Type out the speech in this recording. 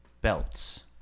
belts